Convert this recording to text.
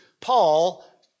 Paul